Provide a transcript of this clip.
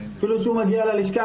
אפילו כשהוא מגיע ללשכה,